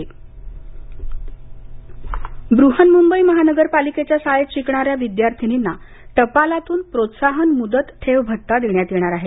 टपाल प्रोत्साहन ब्रहन्मुंबई महानगरपालिकेच्या शाळेत शिकणाऱ्या विद्यार्थिनींना टपालातून प्रोत्साहन मुदत ठेव भत्ता देण्यात येणार आहे